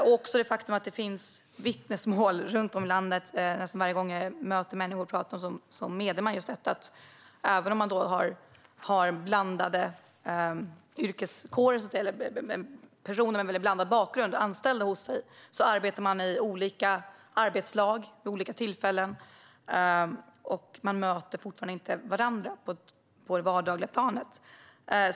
Det finns vittnesmål om detta från olika håll i landet. Jag hör det nästan varje gång jag möter människor. Även om man har blandade yrkeskårer och personer med blandad bakgrund anställda hos sig arbetar man i olika arbetslag vid olika tillfällen och möter fortfarande inte varandra på det vardagliga planet.